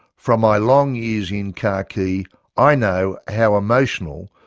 from my long years in khaki i know how emotional,